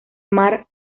mar